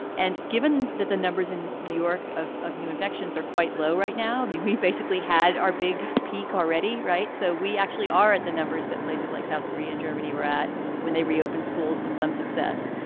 and given that the numbers in new york of of new infections are quite low right now, i mean, we've basically had our big peak already, right? so we actually are at the numbers that places like south korea and germany were at when they reopen schools with some success.